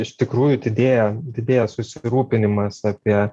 iš tikrųjų didėja didėja susirūpinimas apie